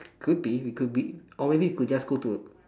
could be we could be or maybe we could just go to